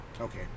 Okay